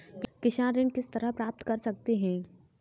किसान ऋण किस तरह प्राप्त कर सकते हैं?